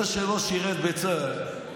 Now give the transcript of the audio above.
זה שלא שירת בצה"ל,